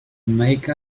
make